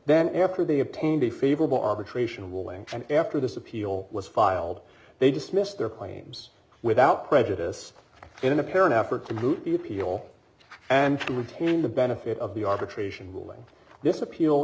then after they obtained a favorable arbitration willing after this appeal was filed they dismissed their claims without prejudice in an apparent effort to move the appeal and to retain the benefit of the arbitration ruling this appeal